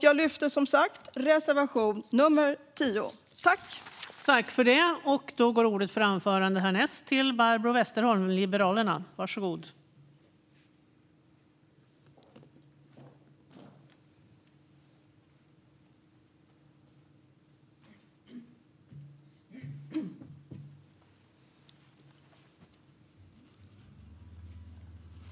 Jag yrkar som sagt var bifall till reservation 10.